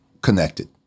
connected